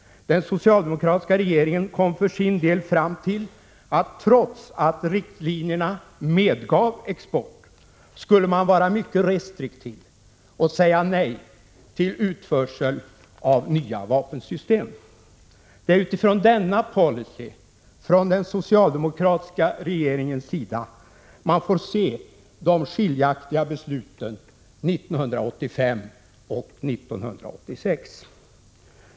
Den socialdemokratiska regeringen kom för sin del fram till att man, trots att riktlinjerna medgav export, skulle vara mycket restriktiv och säga nej till utförsel av nya vapensystem. Det är utifrån denna policy från den socialdemokratiska regeringens sida man får se de skiljaktiga besluten 1985 och 1986.